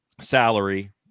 salary